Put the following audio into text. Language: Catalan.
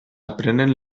aprenen